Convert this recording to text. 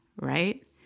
right